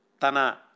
tana